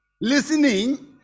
Listening